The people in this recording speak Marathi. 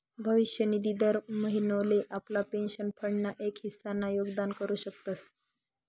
भविष्य निधी दर महिनोले आपला पेंशन फंड ना एक हिस्सा ना योगदान करू शकतस